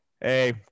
hey